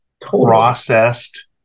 processed